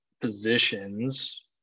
positions